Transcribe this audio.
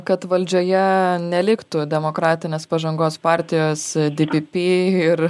kad valdžioje neliktų demokratinės pažangos partijos di pi pi ir